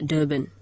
Durban